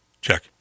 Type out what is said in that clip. check